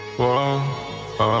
Whoa